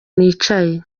nicaye